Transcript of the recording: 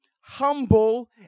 humble